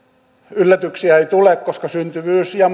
yllätyksiä ei tule koska syntyvyys ja